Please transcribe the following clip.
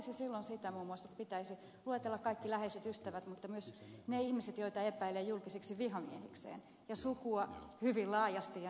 se vaatisi silloin sitä että muun muassa pitäisi luetella kaikki läheiset ystävät mutta myös ne ihmiset joita epäilee julkisiksi vihamiehikseen ja sukua hyvin laajasti ja niin edelleen